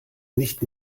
nicht